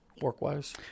work-wise